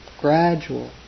gradual